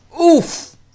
Oof